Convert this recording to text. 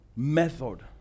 Method